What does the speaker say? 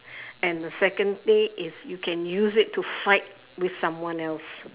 and secondly is you can use it to fight with someone else